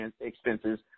expenses